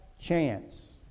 chance